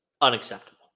unacceptable